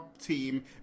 team